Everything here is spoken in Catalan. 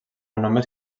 només